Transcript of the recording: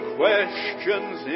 questions